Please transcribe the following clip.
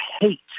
hate